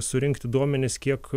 surinkti duomenis kiek